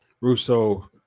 Russo